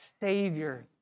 Savior